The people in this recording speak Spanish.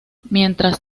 mientras